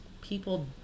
people